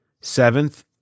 seventh